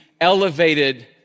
elevated